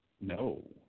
No